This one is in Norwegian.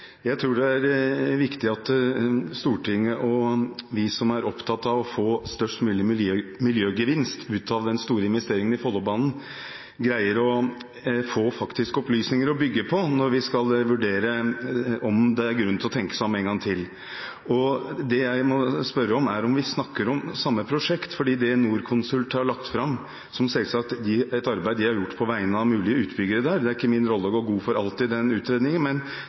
Jeg tror det er viktig at Stortinget og vi som er opptatt av å få størst mulig miljøgevinst ut av den store investeringen i Follobanen, greier å få faktiske opplysninger å bygge på når vi skal vurdere om det er grunn til å tenke seg om en gang til. Det jeg må spørre om, er om vi snakker om samme prosjekt, for i det Norconsult har lagt fram, som selvsagt er et arbeid de har gjort på vegne av utbyggere – det er ikke min rolle å gå god for alt i den utredningen